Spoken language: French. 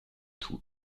tout